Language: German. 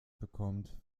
bekommt